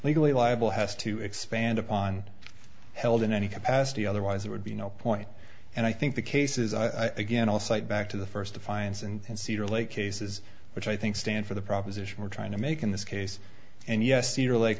legally liable has to expand upon held in any capacity otherwise there would be no point and i think the cases i again i'll cite back to the first defiance and cedar lake cases which i think stand for the proposition we're trying to make in this case and yes cedar lake